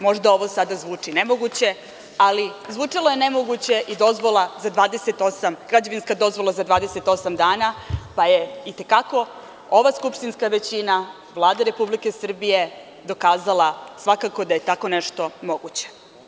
Možda ovo zvuči sada nemoguće, ali zvučalo je nemoguće i građevinska dozvola za 28 dana pa je i te kako ova skupština većina Vlade Republike Srbije dokazala da je tako nešto moguće.